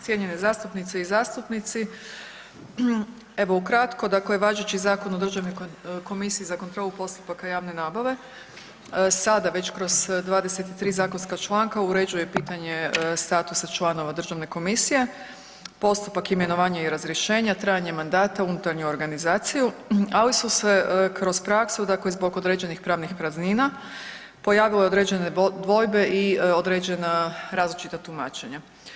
Cijenjene zastupnice i zastupnici, evo ukratko dakle važeći Zakon o Državnoj komisiji za kontrolu postupaka javne nabave sada već kroz 23 zakonska članka uređuje pitanje statusa članova državne komisije, postupak imenovanja i razrješenja, trajanje mandata, unutarnju organizaciju, ali su se kroz praksu dakle zbog određenih pravnih praznina pojavile određene dvojbe i određena različita tumačenja.